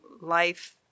life